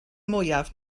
mwyaf